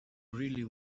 really